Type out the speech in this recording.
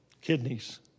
Kidneys